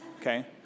okay